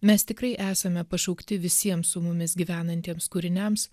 mes tikrai esame pašaukti visiems su mumis gyvenantiems kūriniams